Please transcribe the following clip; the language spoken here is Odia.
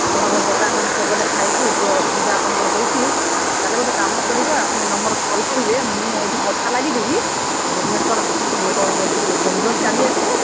ଆପଣଙ୍କର ଦୋକାନରେ ମୁଁ ସବୁବେଲେ ଖାଇଛି ଏତେ ଅସୁବିଧା ଆପଣଙ୍କର ହେଉଛି ତା'ହେଲେ ଗୋଟେ କାମ କରିବା ଆପଣ ନମ୍ବର୍ରେ କଲ୍ କରିବେ ମୁଁ ଏଠି କଥା ଲାଗିଦେବି ଭୁବନେଶ୍ୱର ଇଏ ବାଙ୍ଗଲୋର୍ ଚାଲି ଆସିବେ